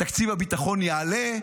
תקציב הביטחון יעלה,